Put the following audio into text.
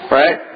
right